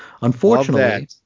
Unfortunately